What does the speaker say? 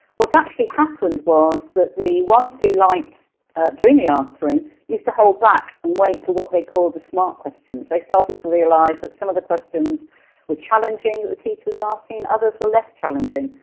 what's actually happened was that the ones who liked doing the answering used to hold back um wait for what they called the smart questions. they started to realize that some of the questions were challenging that the teacher was asking, others were less challenging.